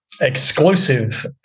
exclusive